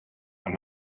and